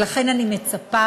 ולכן אני מצפה